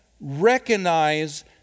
Recognize